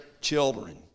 children